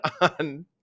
on